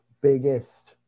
biggest